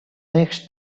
next